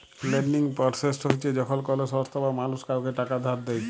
lending পরসেসট হছে যখল কল সংস্থা বা মালুস কাউকে টাকা ধার দেঁই